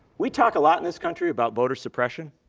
we talk a lot in this country about voter suppression,